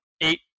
eight